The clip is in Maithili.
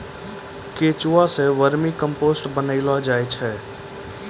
केंचुआ सें वर्मी कम्पोस्ट बनैलो जाय छै